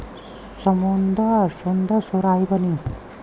सुन्दर सुराही बनी